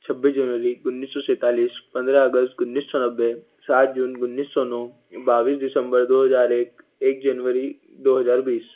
छब्बीस जनवरी उन्नीस सौ सैंतालीस पन्द्रह अगस्त उन्नीस सौ नब्बे सात जून उन्नीस सौ नौ बाईस दिसंबर दो हजार एक एक जनवरी दो हजार बीस